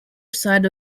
side